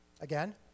Again